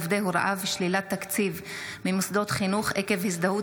עובדי הוראה ושלילת תקציב ממוסדות חינוך עקב הזדהות